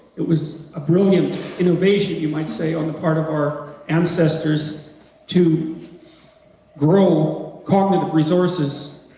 it was a brilliant innovation, you might say, on the part of our ancestors to grow cognitive resources,